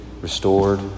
restored